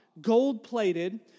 gold-plated